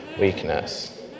weakness